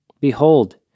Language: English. Behold